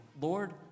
Lord